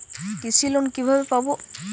কৃষি লোন কিভাবে পাব?